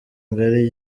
ngari